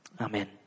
Amen